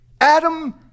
Adam